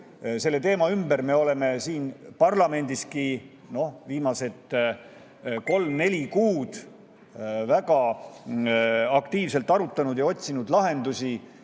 Sellel teemal me oleme siin parlamendiski viimased kolm-neli kuud väga aktiivselt arutanud ja otsinud lahendusi